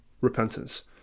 repentance